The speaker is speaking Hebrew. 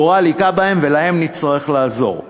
הגורל הכה בהם ולהם נצטרך לעזור,